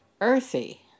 earthy